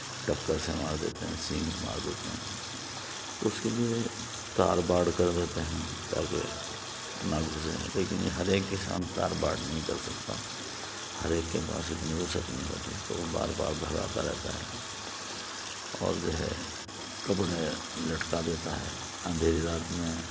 ٹکر سے مار دیتے ہیں سینگ مار دیتے ہیں اس کے لئے تار باڑ کر دیتے ہیں تاکہ نہ گھسیں لیکن یہ ہر ایک کسان تاڑ باڑ نہیں کر سکتا ہر ایک کے پاس اتنی وسعت نہیں ہوتی تو وہ بار بار بھگاتا رہتا ہے اور جو ہے کپڑے لٹکا دیتا ہے اندھیری رات میں